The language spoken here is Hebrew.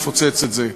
נפוצץ את זה.